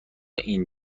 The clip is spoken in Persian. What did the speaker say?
این